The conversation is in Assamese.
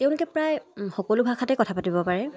তেওঁলোকে প্ৰায় সকলো ভাষাতে কথা পাতিব পাৰে